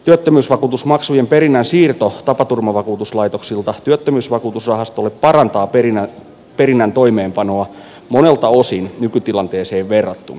työttömyysvakuutusmaksujen perinnän siirto tapaturmavakuutuslaitoksilta työttömyysvakuutusrahastolle parantaa perinnän toimeenpanoa monelta osin nykytilanteeseen verrattuna